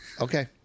Okay